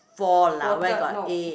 four lah where got eight